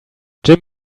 jim